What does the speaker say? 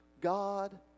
God